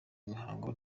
imihango